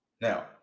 Now